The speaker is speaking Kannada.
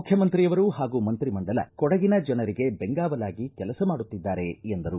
ಮುಖ್ಯಮಂತ್ರಿಯವರು ಹಾಗೂ ಮಂತ್ರಿ ಮಂಡಲ ಕೊಡಗಿನ ಜನರಿಗೆ ಬೆಂಗಾವಲಾಗಿ ಕೆಲಸ ಮಾಡುತ್ತಿದ್ದಾರೆ ಎಂದರು